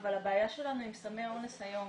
אבל הבעיה שלנו עם סמי אונס היום